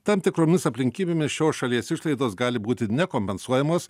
tam tikromis aplinkybėmis šios šalies išlaidos gali būti nekompensuojamos